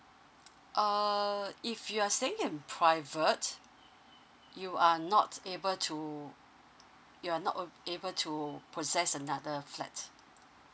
oh if you're staying in private you are not able to you're not uh able to process another flat